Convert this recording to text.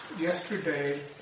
yesterday